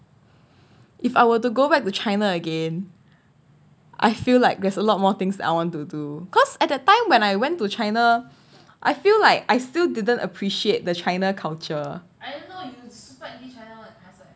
if I were to go back to china again I feel like there's a lot more things I want to do cause at that time when I went to china I feel like I still didn't appreciate the china culture